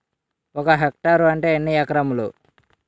ఒక హెక్టార్ అంటే ఎన్ని ఏకరములు?